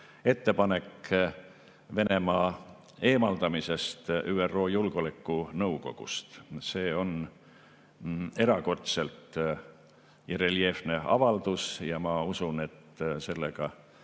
ettepanek Venemaa eemaldamiseks ÜRO Julgeolekunõukogust. See on erakordselt reljeefne avaldus. Ma usun, et sellega